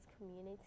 community